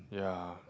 ya